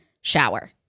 shower